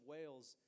Wales